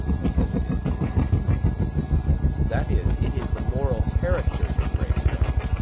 because it is inconvenient that is, it is the moral character that breaks down.